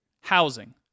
housing